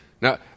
Now